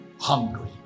hungry